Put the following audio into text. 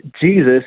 jesus